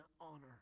honor